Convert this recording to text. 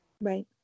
Right